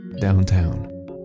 downtown